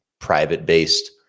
private-based